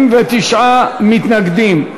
49 מתנגדים,